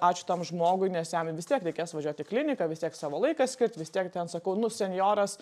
ačiū tam žmogui nes jam vis tiek reikės važiuot į kliniką vis tiek savo laiką skirt vis tiek ten sakau nu senjoras